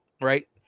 right